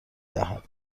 دهد